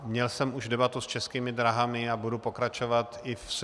Měl jsem už debatu s Českými dráhami a budu pokračovat i v SŽDC.